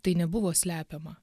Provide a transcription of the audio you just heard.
tai nebuvo slepiama